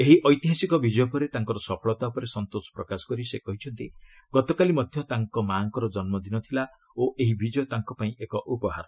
ଏହି ଐତିହାସିକ ବିଜୟ ପରେ ତାଙ୍କର ସଫଳତା ଉପରେ ସନ୍ତୋଷ ପ୍ରକାଶ କରି ସେ କହିଛନ୍ତି ଗତକାଲି ମଧ୍ୟ ତାଙ୍କ ମା'ଙ୍କର ଜନ୍ମଦିନ ଥିଲା ଓ ଏହି ବିଜୟ ତାଙ୍କ ପାଇଁ ଏକ ଉପହାର